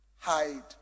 hide